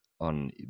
on